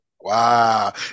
Wow